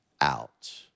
out